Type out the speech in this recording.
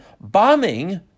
bombing